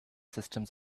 systems